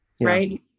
right